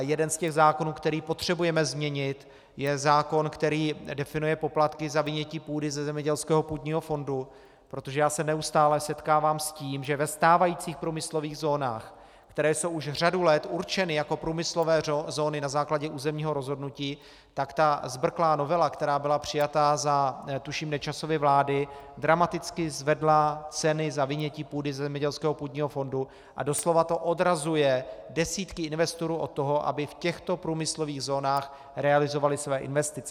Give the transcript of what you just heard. Jeden z těch zákonů, který potřebujeme změnit, je zákon, který definuje poplatky za vynětí půdy ze zemědělského půdního fondu, protože já se neustále setkávám s tím, že ve stávajících průmyslových zónách, které jsou už řadu let určeny jako průmyslové zóny na základě územního rozhodnutí, tak ta zbrklá novela, která byla přijata za tuším Nečasovy vlády, dramaticky zvedla ceny za vynětí půdy ze zemědělského půdního fondu a doslova to odrazuje desítky investorů od toho, aby v těchto průmyslových zónách realizovali své investice.